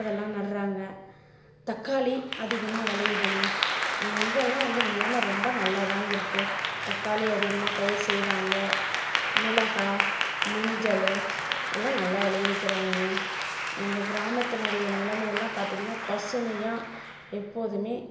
அதெல்லாம் நடுறாங்க தக்காளி அதிகமாக வெளையிதுங்க இங்கெல்லாம் வந்து நிலமை ரொம்ப நல்லாதாங்க இருக்குது தக்காளி அதிகமாக பயிர் செய்வாங்கள் மிளகாய் மஞ்சள் எல்லாம் நல்லா விளை விற்கிறாங்கங்க எங்கள் கிராமத்தினுடைய நிலைமை எல்லாம் பார்த்திங்கன்னா பசுமையாக எப்போதுமே